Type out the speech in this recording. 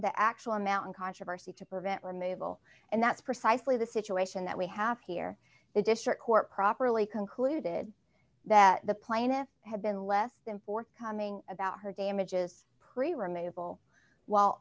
the actual amount in controversy to prevent removal and that's precisely the situation that we have here the district court properly concluded that the plaintiffs had been less than forthcoming about her damages